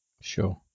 Sure